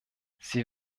sie